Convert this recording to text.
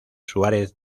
suárez